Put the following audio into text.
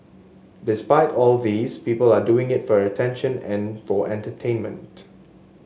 despite all these people are doing it for attention and for entertainment